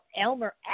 Elmer